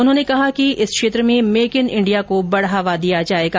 उन्होंने कहा कि इस क्षेत्र में मेक इन इंडिया को बढावा दिया जाएगा